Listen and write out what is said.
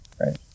Right